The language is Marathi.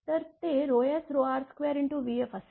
तर ते sr2vfअसेल